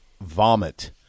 vomit